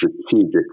strategic